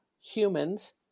humans